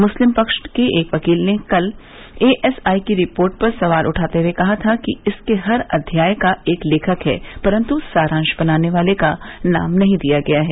मुस्लिम पक्ष के वकील ने कल एएसआई की रिपोर्ट पर सवाल उठाते हुए कहा था कि इसके हर अध्याय का एक लेखक है परन्तु सारांश बनाने वाले का नाम नहीं दिया गया है